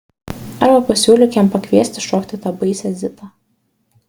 arba pasiūlyk jam pakviesti šokti tą baisią zitą